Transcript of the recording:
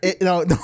no